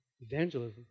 Evangelism